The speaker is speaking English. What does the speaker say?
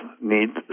need